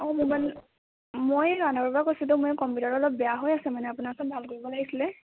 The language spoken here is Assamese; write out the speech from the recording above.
অঁ মোৰ মানে মই এই কৈছিলোঁ মোৰ মানে কম্পিউটাৰটো বেয়া হৈ আছে আপোনাৰ ওচৰত ভাল কৰিব আছিলে